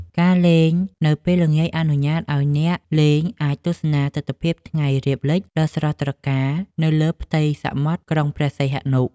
ការលេងនៅពេលល្ងាចអនុញ្ញាតឱ្យអ្នកលេងអាចទស្សនាទិដ្ឋភាពថ្ងៃរៀបលិចដ៏ស្រស់ត្រកាលនៅលើផ្ទៃសមុទ្រក្រុងព្រះសីហនុ។